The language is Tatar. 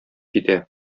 китә